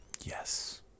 Yes